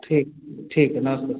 ठीक ठीक है नमस्ते